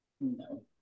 no